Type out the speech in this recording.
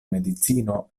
medicino